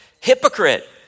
hypocrite